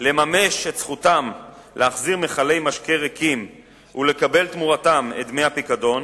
לממש את זכותם להחזיר מכלי משקה ריקים ולקבל תמורתם את דמי הפיקדון,